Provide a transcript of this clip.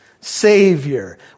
savior